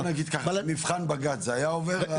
בוא נגיד ככה, את מבחן בג"ץ זה היה עובר?